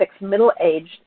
middle-aged